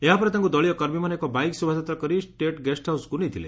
ଏହାପରେ ତାଙ୍କୁ ଦଳୀୟ କର୍ମୀମାନେ ଏକ ବାଇକ୍ ଶୋଭାଯାତ୍ରା କରି ଷ୍ଟେଟ ଗେଷ୍ ହାଉସ୍କୁ ନେଇଥିଲେ